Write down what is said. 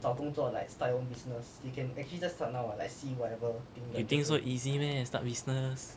you think so easy meh start business